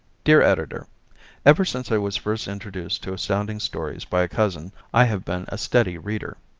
dear editor ever since i was first introduced to astounding stories by a cousin i have been a steady reader.